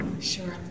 Sure